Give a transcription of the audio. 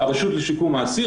הרשות לשיקום האסור.